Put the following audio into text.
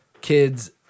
kids